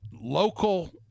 local